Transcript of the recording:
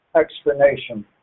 explanation